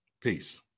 Peace